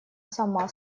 сама